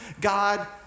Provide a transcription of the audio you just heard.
God